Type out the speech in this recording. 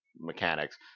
mechanics